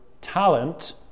talent